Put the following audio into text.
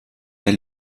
elle